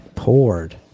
Poured